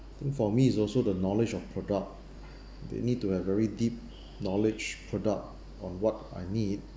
think for me is also the knowledge of product they need to have very deep knowledge product on what I need